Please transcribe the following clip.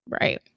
Right